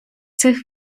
цих